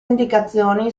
indicazioni